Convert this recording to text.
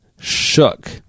shook